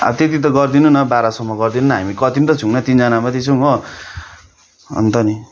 आ त्यति त गरिदिनु न बाह्र सयमा गरिदिनु न हामी कति त छैनौँ तिनजना मात्रै छौँ हो अन्त नि